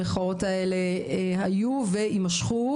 המחאות האלה היו ויימשכו,